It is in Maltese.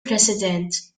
president